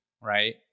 right